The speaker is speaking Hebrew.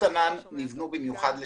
ענן נבנו במיוחד לחינוך.